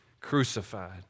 crucified